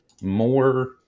more